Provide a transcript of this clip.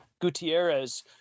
Gutierrez